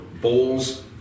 bowls